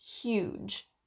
huge